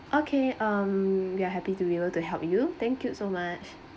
okay um we are happy to be able to help you thank you so much